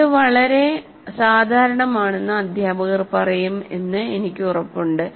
ഇത് വളരെ സാധാരണമാണെന്ന് അധ്യാപകർ പറയും എന്ന് എനിക്ക് ഉറപ്പുണ്ട്